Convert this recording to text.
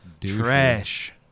Trash